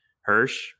Hirsch